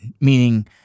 Meaning